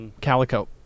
calico